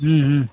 हम्म हम्म